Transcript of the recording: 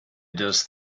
does